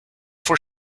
for